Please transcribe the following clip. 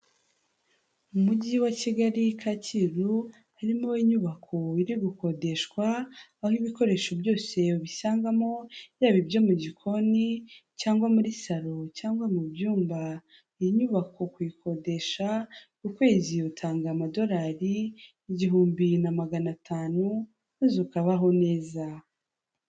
Mu mujyi wa Kigali Kacyiru, harimo inyubako iri gukodeshwa aho ibikoresho byose ubisangamo, yaba ibyo mu gikoni cyangwa muri salo cyangwa mu byumba, iyi nyubako kuyikodesha ukwezi, utanga amadolari igihumbi na magana atanu maze ukabaho neza.